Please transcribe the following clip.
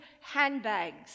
handbags